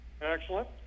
Excellent